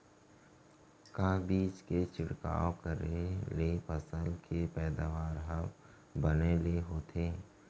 का चीज के छिड़काव करें ले फसल के पैदावार ह बने ले होथे?